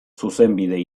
zuzenbide